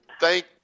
thank